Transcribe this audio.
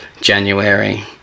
January